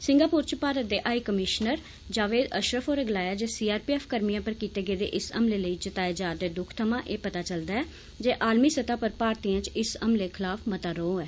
Singapore च भारत दे high commissioner Javed Ashraf होरें गलाया जे सी आर पी एफ कर्मियें पर कीते गेदे इस हमले लेई जताए जा रदे दुख थमां एह पता चलदा ऐ जे आलमी सतह पर भारतीयें च इस हमले खलाफ मता रौह ऐ